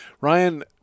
Ryan